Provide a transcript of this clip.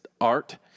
art